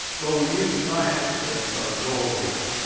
well, we use science that's our goal here